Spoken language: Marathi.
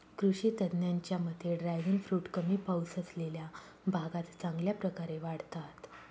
कृषी तज्ज्ञांच्या मते ड्रॅगन फ्रूट कमी पाऊस असलेल्या भागात चांगल्या प्रकारे वाढतात